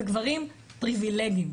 וגברים פריווילגים,